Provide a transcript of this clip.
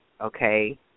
okay